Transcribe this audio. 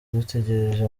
dutegereje